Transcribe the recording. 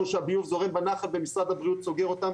שהביוב זורם בנחל ומשרד הבריאות סוגר אותם,